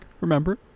remember